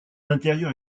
intérieur